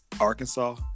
Arkansas